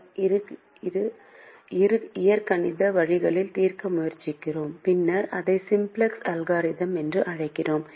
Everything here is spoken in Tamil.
எனவே இந்த மூன்று சிக்கல்களையும் நாம் ஒரு இயற்கணித வழியில் தீர்க்க முயற்சிக்கிறோம் பின்னர் அதை சிம்ப்ளக்ஸ் அல்காரிதம் என்று அழைக்கிறோம்